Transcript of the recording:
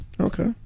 Okay